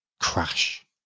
Crash